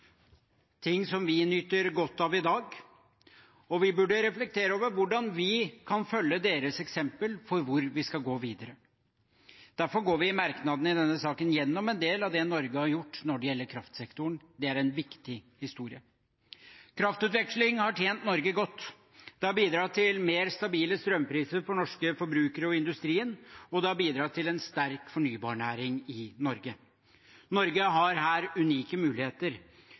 ting som vi nyter godt av i dag – og vi burde reflektere over hvordan vi kan følge deres eksempel når det gjelder hvor vi skal gå videre. Derfor går vi i merknadene i denne saken igjennom en del av det Norge har gjort når det gjelder kraftsektoren. Det er viktig historie. Kraftutveksling har tjent Norge godt. Det har bidratt til mer stabile strømpriser for norske forbrukere og for industrien, og det har bidratt til en sterk fornybarnæring i Norge. Norge har her unike muligheter.